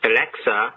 Alexa